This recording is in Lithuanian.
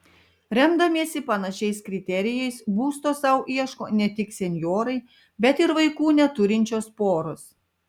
remdamiesi panašiais kriterijais būsto sau ieško ne tik senjorai bet ir vaikų neturinčios poros